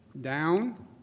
down